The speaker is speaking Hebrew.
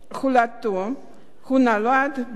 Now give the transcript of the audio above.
הוא נולד ב-4 באוגוסט